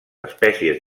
espècies